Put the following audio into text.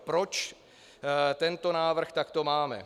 Proč tento návrh takto máme?